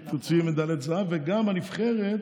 שהיא תוציא מדליית זהב, וגם שהנבחרת